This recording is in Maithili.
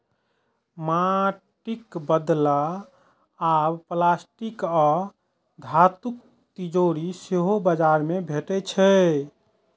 माटिक बदला आब प्लास्टिक आ धातुक तिजौरी सेहो बाजार मे भेटै छै